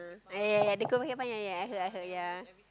ah ya ya they coming here find I heard I heard ya